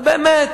אז, באמת,